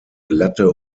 glatte